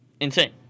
insane